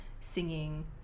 singing